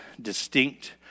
distinct